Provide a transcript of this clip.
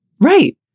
right